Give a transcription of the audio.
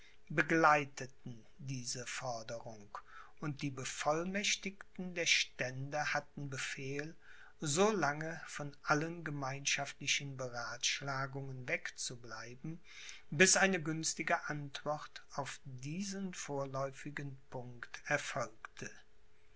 begleiteten diese forderung und die bevollmächtigten der stände hatten befehl so lange von allen gemeinschaftlichen beratschlagungen wegzubleiben bis eine günstige antwort auf diesen vorläufigen punkt erfolgte